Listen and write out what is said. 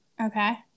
Okay